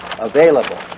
available